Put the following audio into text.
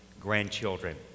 grandchildren